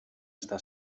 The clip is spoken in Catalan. està